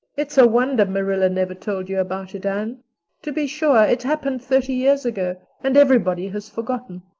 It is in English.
it's a wonder marilla never told you about it, anne. to be sure, it happened thirty years ago and everybody has forgotten.